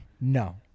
No